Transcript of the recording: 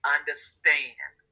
Understand